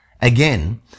again